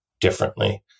differently